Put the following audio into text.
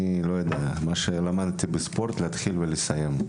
כמו שלמדתי בספורט להתחיל ולסיים.